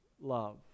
love